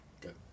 good